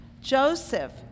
Joseph